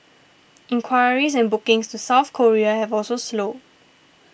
inquiries and bookings to South Korea have also slowed